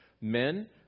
men